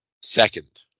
second